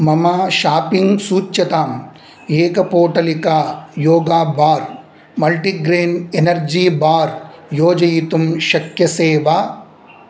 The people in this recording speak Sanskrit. मम शाप्पिङ्ग् सूच्यताम् एक पोटलिका योगाबार् मल्टिग्रेन् एनर्जी बार् योजयितुं शक्यसे वा